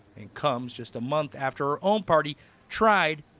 and comes just a month after her own party tried,